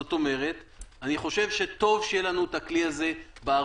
זאת אומרת שאני חושב שטוב שיהיה לנו את הכלי הזה בארסנל.